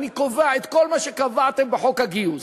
אני קובע את כל מה שקבעתם בחוק הגיוס,